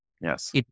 Yes